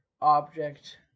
object